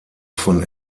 von